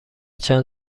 چند